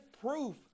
proof